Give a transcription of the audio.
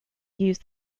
use